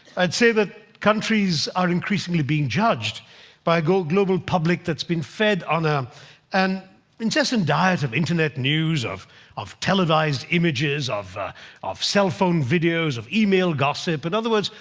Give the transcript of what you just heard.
i'd say that countries are increasingly being judged by a global public that's been fed on ah an incessant diet of internet news, of of televised images, of of cellphone videos, of email gossip. in other words,